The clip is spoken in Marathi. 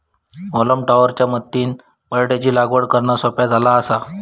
हॉलम टॉपर च्या मदतीनं बटाटयाची लागवड करना सोप्या झाला आसा